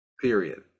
period